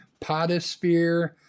potosphere